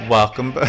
Welcome